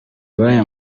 b’aya